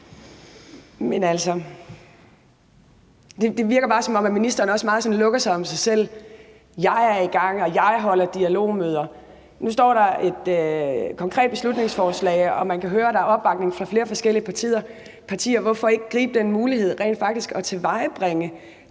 Det virker bare, som om ministeren sådan meget lukker sig om sig selv: Jeg er i gang, og jeg holder dialogmøder. Nu er der et konkret beslutningsforslag, og man kan høre, at der er opbakning fra flere forskellige partier. Hvorfor ikke gribe den mulighed for rent faktisk at tilvejebringe